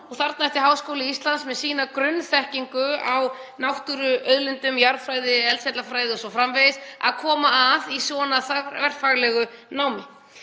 Þarna ætti Háskóli Íslands, með sína grunnþekkingu á náttúruauðlindum, jarðfræði, eldfjallafræði o.s.frv., að koma að, í svona þverfaglegu námi.